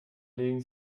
legen